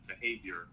behavior